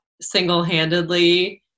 single-handedly